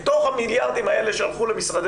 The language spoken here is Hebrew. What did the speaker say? מתוך המיליארדים האלה שהלכו למשרדי